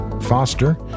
Foster